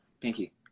Pinky